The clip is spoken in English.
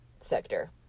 sector